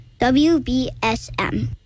WBSM